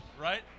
right